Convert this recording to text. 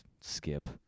skip